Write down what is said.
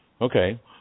okay